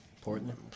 Portland